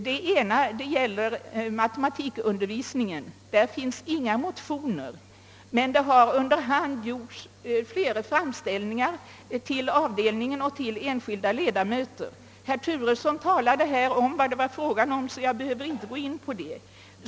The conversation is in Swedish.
Det ena gäller matematikundervisningen. Inga motioner föreligger men det har under hand gjorts flera framställningar till avdelningen och enskilda ledamöter. Herr Turesson talade om vad det rör sig om så jag behöver inte gå in härpå.